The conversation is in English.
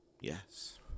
Yes